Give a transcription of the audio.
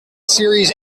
series